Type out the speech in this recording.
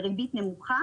בריבית נמוכה.